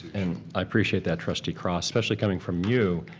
and i appreciate that, trustee cross, especially coming from you.